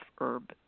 herb